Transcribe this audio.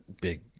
big